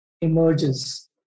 emerges